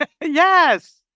Yes